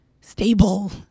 stable